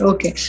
Okay